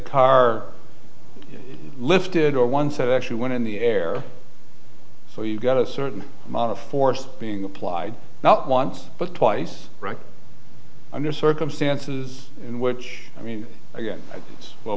car lifted or once it actually went in the air so you got a certain amount of force being applied now once but twice i'm there are circumstances in which i mean i get well